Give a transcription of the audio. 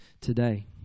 today